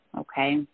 okay